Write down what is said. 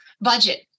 budget